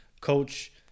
coach